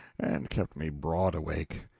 and kept me broad awake.